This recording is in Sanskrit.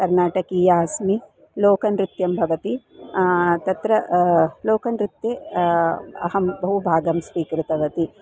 कर्नाटकीया अस्मि लोकनृत्यं भवति तत्र लोकनृत्ये अहं बहुभागं स्वीकृतवती